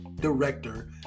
director